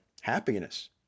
happiness